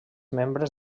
membres